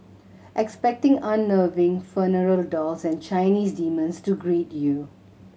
expect unnerving funeral dolls and Chinese demons to greet you